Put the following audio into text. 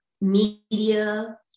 media